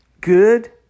good